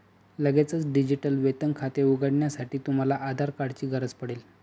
लगेचच डिजिटल वेतन खाते उघडण्यासाठी, तुम्हाला आधार कार्ड ची गरज पडेल